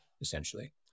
essentially